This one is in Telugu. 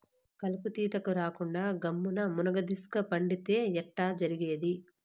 కలుపు తీతకు రాకుండా గమ్మున్న మున్గదీస్క పండితే ఎట్టా జరిగేది